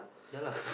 ya lah